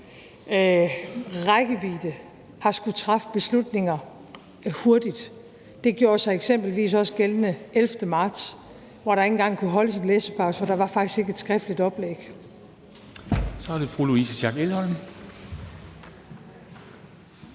rækkevidde har skullet træffe beslutninger hurtigt. Det gjorde sig eksempelvis også gældende den 11. marts, hvor der ikke engang kunne holdes en læsepause, fordi der faktisk ikke var et skriftligt oplæg.